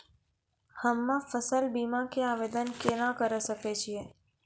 हम्मे फसल बीमा के आवदेन केना करे सकय छियै?